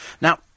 Now